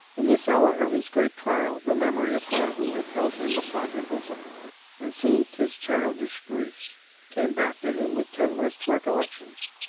in this hour of his great trial, the memory of her who had held him upon her bosom and soothed his childish griefs came back to him with tenderest recollections.